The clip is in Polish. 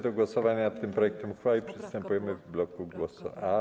Do głosowania nad tym projektem uchwały przystąpimy w bloku głosowań.